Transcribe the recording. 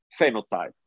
phenotype